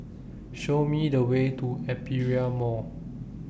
Show Me The Way to Aperia Mall